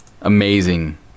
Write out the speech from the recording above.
amazing